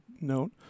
note